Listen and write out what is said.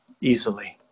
easily